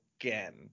again